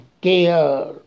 care